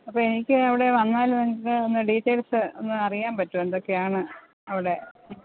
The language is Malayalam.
അപ്പോൾ എനിക്ക് അവിടെ വന്നാൽ എന്താ ഒന്ന് ഡീറ്റെയിൽസ് ഒന്ന് അറിയാൻ പറ്റുമോ എന്തൊക്കെയാണ് അവിടെ